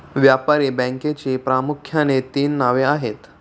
व्यापारी बँकेची प्रामुख्याने तीन नावे आहेत